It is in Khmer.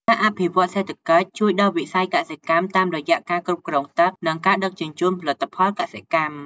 ការអភិវឌ្ឍន៍សេដ្ឋកិច្ច ជួយដល់វិស័យកសិកម្មតាមរយៈការគ្រប់គ្រងទឹក និងការដឹកជញ្ជូនផលិតផលកសិកម្ម។